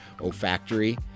olfactory